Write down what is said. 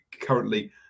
Currently